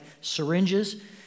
syringes